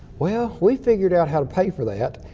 well, we figured out how to pay for that.